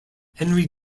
henry